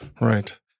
Right